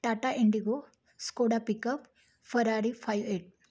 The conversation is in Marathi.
Tata Indigo Skoda pickup Ferrari five eight